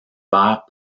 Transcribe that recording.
verts